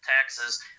taxes